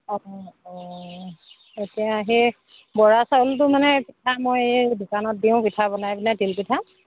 অঁ অঁ এতিয়া সেই বৰা চাউলটো মানে পিঠা মই এই দোকানত দিওঁ পিঠা বনাই পিনে তিল পিঠা